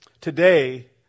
Today